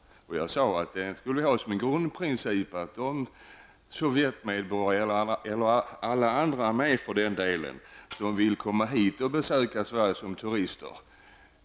Jag sade att vi så länge vi kan skall värna rätten för Sovjetmedborgare -- och alla andra, för den delen -- att besöka Sverige som turister.